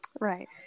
Right